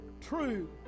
true